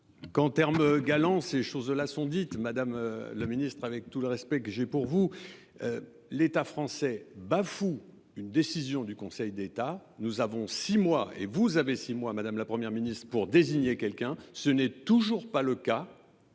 termes galants ces choses là sont dites madame la ministre, avec tout le respect que j'ai pour vous. L'État français bafoue une décision du Conseil d'État. Nous avons 6 mois et vous avez six mois madame, la Première ministre pour désigner quelqu'un, ce n'est toujours pas le cas.